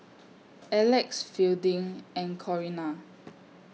Alex Fielding and Corinna